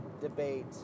debate